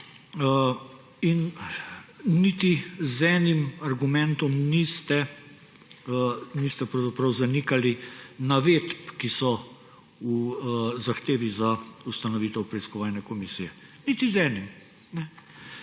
in niti z enim argumentom niste zanikali navedb, ki so v zahtevi za ustanovitev preiskovalne komisije, niti z enim.